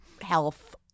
Health